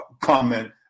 comment